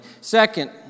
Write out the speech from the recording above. Second